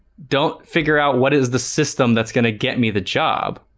don't figure out what is the system that's gonna get me the job